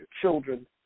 children